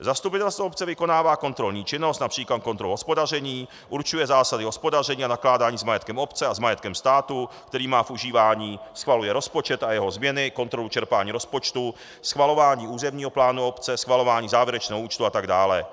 Zastupitelstvo obce vykonává kontrolní činnost, např. kontrolu hospodaření, určuje zásady hospodaření a nakládání s majetkem obce a s majetkem státu, který má v užívání, schvaluje rozpočet a jeho změny, kontrolu čerpání rozpočtu, schvalování územního plánu obce, schvalování závěrečného účtu atd.